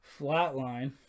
flatline